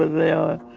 ah they are.